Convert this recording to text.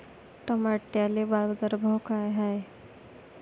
टमाट्याले बाजारभाव काय हाय?